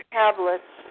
tablets